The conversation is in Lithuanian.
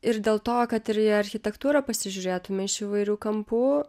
ir dėl to kad ir į architektūrą pasižiūrėtume iš įvairių kampų